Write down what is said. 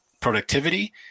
productivity